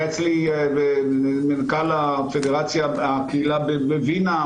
היה אצלי מנכ"ל הפדרציה בווינה,